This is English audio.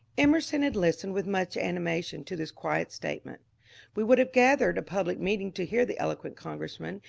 emerson had listened with much animation to this quiet statement we would have gathered a public meeting to hear the eloquent congressman,